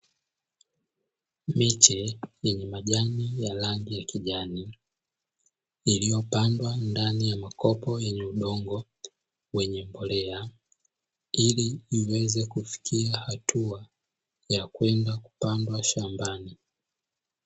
Miche yenye majani ya rangi ya kijani iliyopandwa ndani ya makopo yenye udongo wenye mbolea ili iweze kufikia hatua ya kwenda kupandwa shambani.